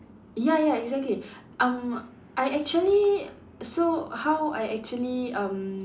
ya ya exactly um I actually so how I actually um